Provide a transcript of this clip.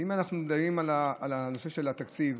ואם אנחנו דנים על נושא התקציב,